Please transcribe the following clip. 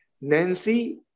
Nancy